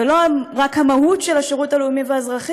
ולא רק המהות של השירות הלאומי והאזרחי